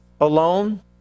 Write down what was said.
alone